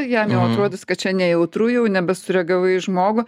jam jau atrodys kad čia nejautru jau nebesureagavai į žmogų